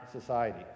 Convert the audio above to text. society